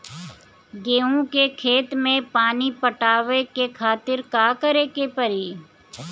गेहूँ के खेत मे पानी पटावे के खातीर का करे के परी?